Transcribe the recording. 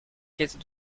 caisses